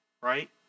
right